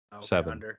Seven